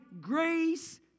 grace